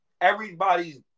Everybody's